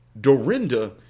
Dorinda